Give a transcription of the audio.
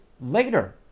later